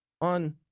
on